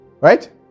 Right